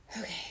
Okay